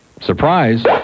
Surprise